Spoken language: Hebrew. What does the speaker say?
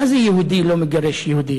מה זה "יהודי לא מגרש יהודי"?